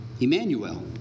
Emmanuel